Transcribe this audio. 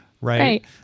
Right